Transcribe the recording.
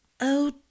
Oh